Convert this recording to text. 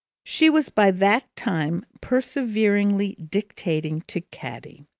she was by that time perseveringly dictating to caddy,